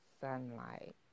sunlight